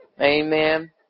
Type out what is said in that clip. amen